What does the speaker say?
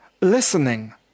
Listening